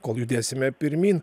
kol judėsime pirmyn